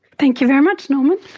thank you very much norman,